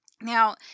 Now